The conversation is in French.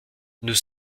nous